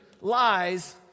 lies